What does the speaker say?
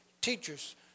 teachers